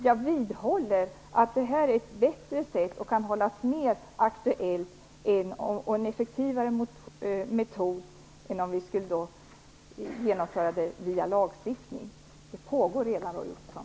Jag vidhåller att detta är en effektivare metod än att gå fram med lagstiftning. Arbetet pågår redan, Roy Ottosson.